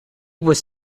was